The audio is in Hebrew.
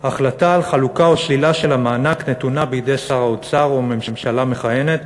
החלטה על חלוקה או שלילה של המענק נתונה בידי שר האוצר וממשלה מכהנת,